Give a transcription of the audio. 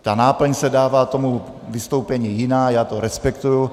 Ta náplň se dává tomu vystoupení jiná, já to respektuji.